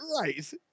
right